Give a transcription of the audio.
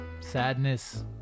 sadness